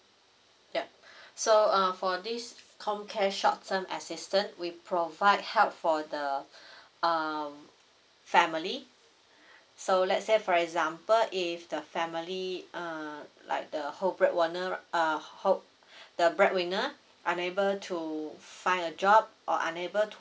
yup so uh for this comcare short term assistance we provide help for the um family so let's say for example if the family err like the whole bread winner whole bread winner the bread winner unable to find a job or unable to